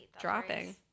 Dropping